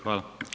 Hvala.